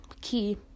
key